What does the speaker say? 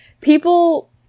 people